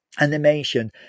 animation